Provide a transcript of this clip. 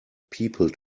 people